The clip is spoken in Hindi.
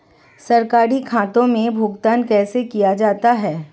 सरकारी खातों में भुगतान कैसे किया जाता है?